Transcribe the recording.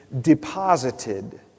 deposited